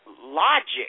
logic